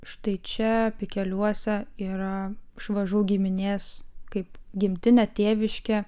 štai čia pikeliuose yra švažų giminės kaip gimtinė tėviškė